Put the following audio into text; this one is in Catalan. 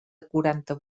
quaranta